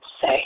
Say